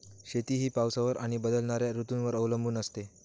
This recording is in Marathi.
शेती ही पावसावर आणि बदलणाऱ्या ऋतूंवर अवलंबून असते